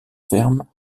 ferme